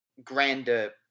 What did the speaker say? grander